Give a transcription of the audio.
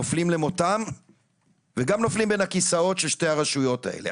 נופלים למותם וגם נופלים בין הכיסאות של שתי הרשויות האלה,